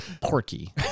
Porky